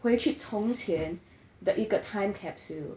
回去从前的一个 time capsule